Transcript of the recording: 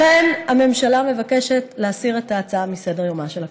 לכן הממשלה מבקשת להסיר את ההצעה מסדר-יומה של הכנסת.